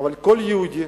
אבל כל יהודי